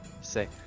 Say